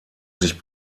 sich